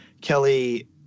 Kelly